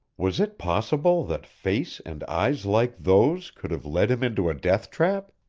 was it possible that face and eyes like those could have led him into a deathtrap!